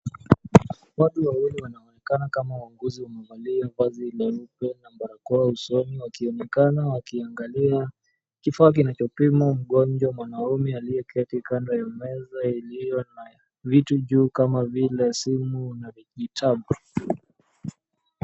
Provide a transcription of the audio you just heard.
Watu wawili wanaonekana kama wauguzi wamevalia mavazi meupe na barakoa usoni wakionekana wakiangalia kifaa kinachopima mgonjwa mwanaume aliyeketi kando ya meza iliyo na vitu juu kama vile simu na vitabu.